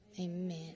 amen